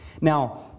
Now